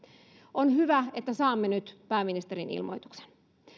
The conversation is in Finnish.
on hyvä että saamme nyt pääministerin ilmoituksen